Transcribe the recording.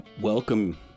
welcome